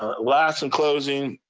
ah last and closing,